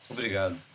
Obrigado